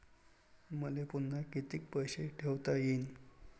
मले पुन्हा कितीक पैसे ठेवता येईन?